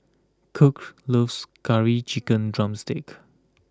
Kirk loves Curry Chicken Drumstick